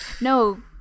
no